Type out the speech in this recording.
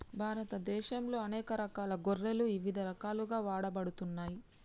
భారతదేశంలో అనేక రకాల గొర్రెలు ఇవిధ రకాలుగా వాడబడుతున్నాయి